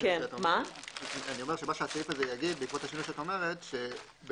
בעקבות השינוי שאת אומרת,